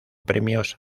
premios